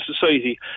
society